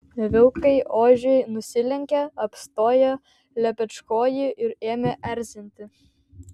vilkai ožiui nusilenkė apstojo lepečkojį ir ėmė erzinti